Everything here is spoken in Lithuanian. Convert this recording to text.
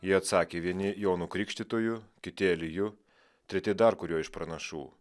jie atsakė vieni jonu krikštytoju kiti eliju treti dar kuriuo iš pranašų